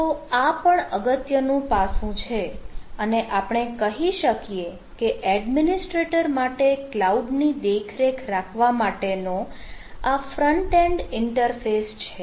તો આ પણ અગત્યનું પાસું છે અને આપણે કહી શકીએ કે એડમિનિસ્ટ્રેટર માટે કલાઉડ ની દેખરેખ રાખવા માટેનો આ ફ્રન્ટ એન્ડ ઇન્ટરફેસ છે